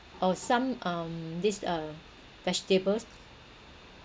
oh some um this uh vegetables